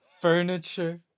Furniture